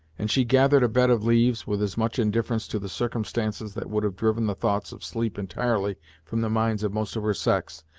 and she gathered a bed of leaves, with as much indifference to the circumstances that would have driven the thoughts of sleep entirely from the minds of most of her sex,